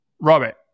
Robert